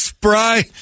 Spry